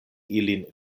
ilin